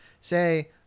say